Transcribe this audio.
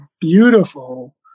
beautiful